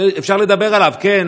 שאפשר לדבר עליו: כן,